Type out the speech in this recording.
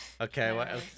Okay